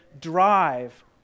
drive